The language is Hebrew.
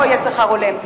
אז גם פה יהיה שכר הולם.